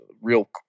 real